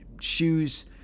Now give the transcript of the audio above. shoes